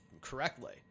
correctly